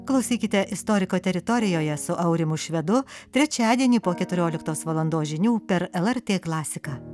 klausykite istoriko teritorijoje su aurimu švedu trečiadienį po keturioliktos valandos žinių per lrt klasiką